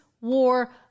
war